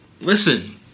listen